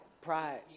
Pride